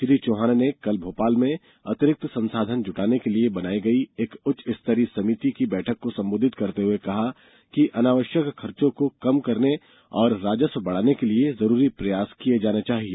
श्री चौहान ने कल भोपाल में अतिरिक्त संसाधन जुटाने के लिए बनाई गई एक उच्च स्तरीय समिति की बैठक को संबोधित करते हुए कहा कि अनावश्यक खर्चो को कम करने और राजस्व बढ़ाने के लिए जरूरी प्रयास किये जाने चाहिए